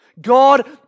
God